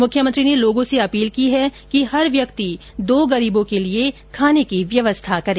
मुख्यमंत्री ने लोगों से अपील की है कि हर व्यक्ति दो गरीबों के लिए खाने की व्यवस्था करें